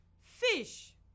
Fish